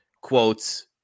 quotes